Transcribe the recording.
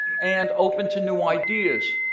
and open to new ideas.